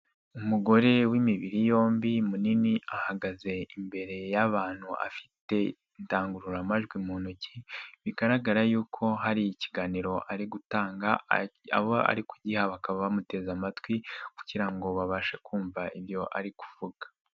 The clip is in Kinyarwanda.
Umugore w'imibiri yombi munini ahagaze imbere y'abantu afite indangururamajwi mu ntoki bigaragara yuko hari ikiganiro ari gutanga, abo ari kugiha bakaba bamuteze amatwi kugira ngo babashe kumva ibyo ari kuvuga.